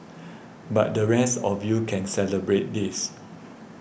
but the rest of you can celebrate this